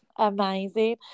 amazing